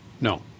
No